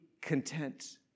content